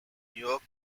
york